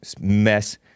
mess